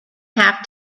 have